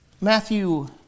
Matthew